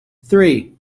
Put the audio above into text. three